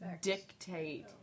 dictate